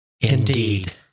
Indeed